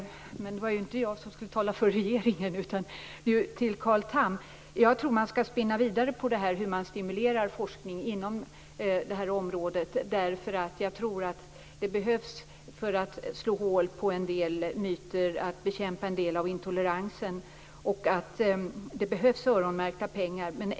Men det är inte jag som skall tala för regeringen. Så till Carl Tham. Jag tror att man skall spinna vidare på hur man stimulerar forskning inom detta område. Det behövs för att slå hål på en del myter och bekämpa en del av intoleransen. Det behövs öronmärkta pengar.